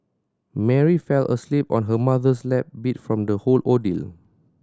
Mary fell asleep on her mother's lap beat from the whole ordeal